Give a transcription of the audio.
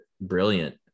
brilliant